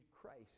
Christ